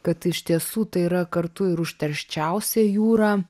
kad iš tiesų tai yra kartu ir užterščiausia jūra